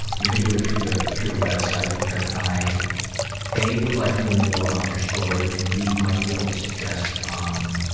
you can do it through the, through the web site. because i a would like to know more about your story and b might be able to suggest, um,